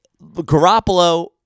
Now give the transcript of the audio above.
Garoppolo